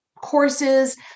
courses